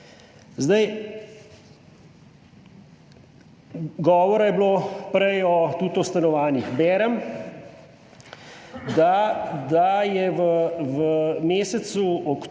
Govora je bilo prej tudi o stanovanjih. Berem, da je v mesecu oktobru